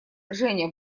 женя